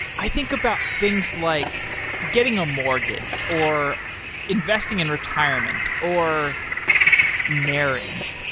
i think about things like getting a mortgage, or investing in retirement, or marriage.